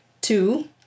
Two